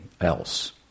else